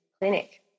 clinic